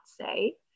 say